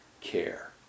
care